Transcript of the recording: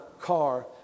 car